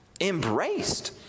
embraced